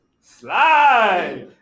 Slide